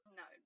no